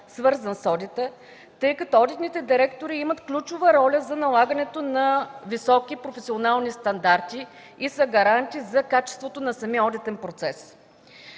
свързан с одита, тъй като одитните директори имат ключова роля за налагането на високи професионални стандарти и са гаранция за качеството на самия одитен процес.